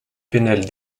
pénale